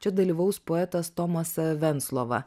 čia dalyvaus poetas tomas venclova